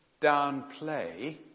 downplay